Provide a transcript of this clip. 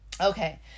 Okay